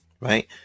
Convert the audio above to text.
right